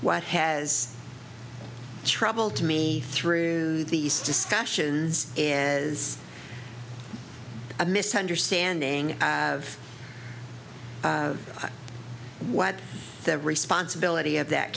what has trouble to me through these discussions is a misunderstanding of what the responsibility of that